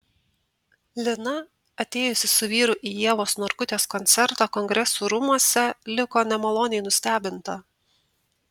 lina atėjusi su vyru į ievos narkutės koncertą kongresų rūmuose liko nemaloniai nustebinta